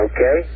Okay